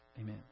Amen